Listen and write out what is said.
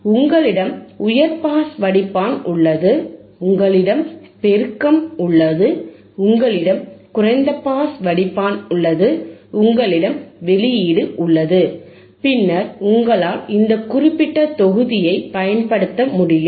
உங்களிடம் உயர் பாஸ் வடிப்பான் உள்ளதுஉங்களிடம் பெருக்கம் உள்ளது உங்களிடம் குறைந்த பாஸ் வடிப்பான் உள்ளது உங்களிடம் வெளியீடு உள்ளது பின்னர் உங்களால் இந்த குறிப்பிட்ட தொகுதியைப் பயன்படுத்த முடியும்